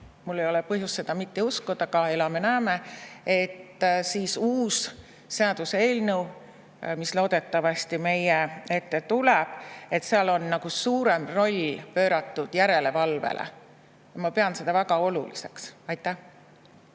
mul ei ole põhjust seda mitte uskuda, aga elame-näeme –, et uues seaduseelnõus, mis loodetavasti meie ette tuleb, on suurem roll [antud] järelevalvele. Ma pean seda väga oluliseks. Aitäh!